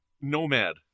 Nomad